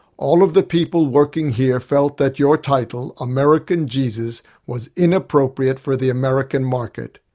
all of the people working here felt that your title, american jesus, was inappropriate for the american market.